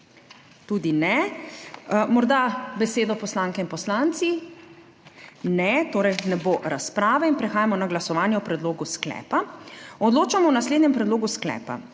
Tudi ne. Morda besedo poslanke in poslanci? Ne. Torej ne bo razprave. Prehajamo na glasovanje o predlogu sklepa. Odločamo o naslednjem predlogu sklepa: